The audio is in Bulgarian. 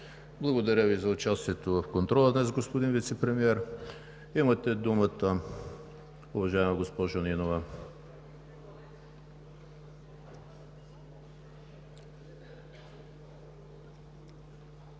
Благодаря Ви за участието в контрола днес, господин Вицепремиер. Имате думата, уважаема госпожо Нинова.